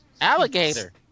Alligator